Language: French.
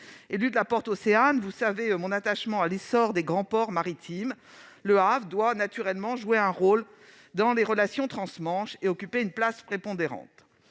élue de la Porte Océane, vous connaissez mon attachement à l'essor des grands ports maritimes. Le Havre doit naturellement jouer un rôle dans les relations trans-Manche et occuper une place prépondérante.